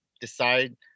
decide